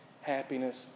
happiness